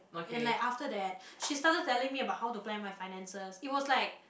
and like after that she started telling me about how to plan my finances it was like